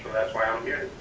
why i'm here.